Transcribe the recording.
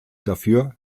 dafür